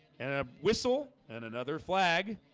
and a whistle and another flag